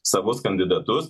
savus kandidatus